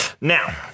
Now